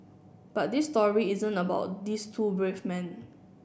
but this story isn't about these two brave men